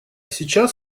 сейчас